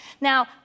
Now